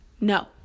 No